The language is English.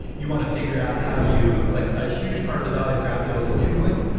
you want to figure out how you like a huge part of the value of graphql is the tooling.